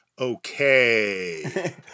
Okay